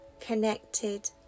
connected